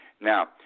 Now